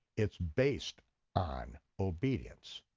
it's based on obedience,